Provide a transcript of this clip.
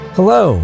Hello